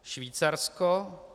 Švýcarsko.